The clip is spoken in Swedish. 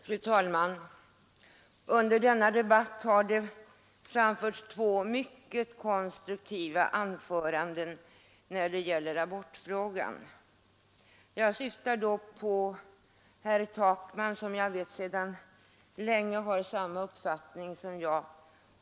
Fru talman! Under denna debatt har två talare framfört mycket konstruktiva synpunkter i abortfrågan. Jag syftar på herr Takman, som jag vet sedan länge har samma uppfattning som jag.